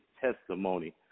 testimony